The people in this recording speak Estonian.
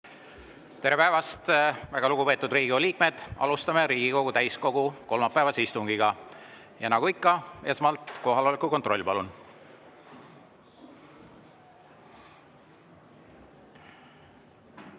Tere päevast, väga lugupeetud Riigikogu liikmed! Alustame Riigikogu täiskogu kolmapäevast istungit. Ja nagu ikka, esmalt kohaloleku kontroll, palun!